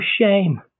shame